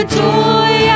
joy